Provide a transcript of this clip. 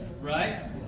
Right